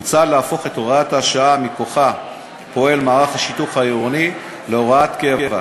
הוצע להפוך את הוראת השעה שמכוחה פועל מערך השיטור העירוני להוראת קבע,